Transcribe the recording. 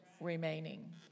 remaining